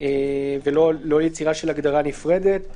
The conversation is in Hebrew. ולא יצירה של הגדרה נפרדת.